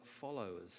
followers